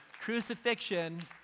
crucifixion